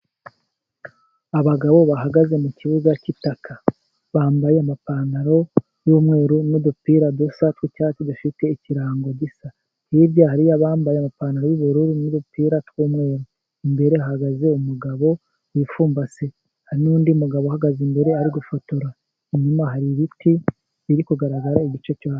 Abagabo bahagaze mu kibuga cy'itaka, bambaye amapantaro y'umweru n'udupira dusa tw'icyatsi dufite ikirango gisa, hirya hariyo abambaye amapantaro y'ubururu n'udupira tw'umweru, imbere hahagaze umugabo wipfumbase, hari n'ndi mugabo uhagaze imbere ari gufotora, inyuma hari ibiti biri kugaragara igice cyasi.